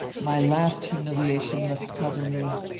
my last humiliation must cover me.